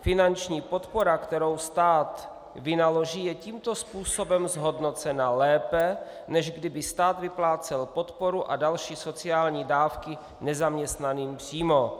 Finanční podpora, kterou stát vynaloží, je tímto způsobem zhodnocena lépe, než kdyby stát vyplácel podporu a další sociální dávky nezaměstnaným přímo.